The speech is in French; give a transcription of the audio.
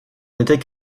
n’était